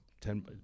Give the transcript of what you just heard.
Ten